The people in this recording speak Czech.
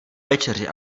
večeři